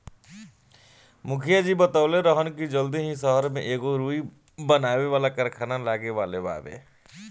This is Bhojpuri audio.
मुखिया जी बतवले रहलन की जल्दी ही सहर में एगो रुई बनावे वाला कारखाना लागे वाला बावे